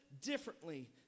differently